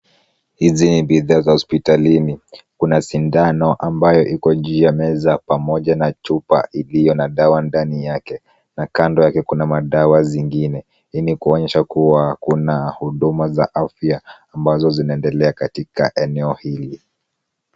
Hizi ni bidhaa za hospitalini kuna sindano ambayo iko juu ya meza pamoja na chupa iliyo na dawa ndani yake na kando yake kuna madawa zingine. Hii ni kuonyesha kuwa kuna huduma za afya ambazo zinaendelea katika eneo hili.